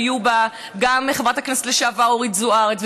שהיו בה גם חברת הכנסת לשעבר אורית זוארץ,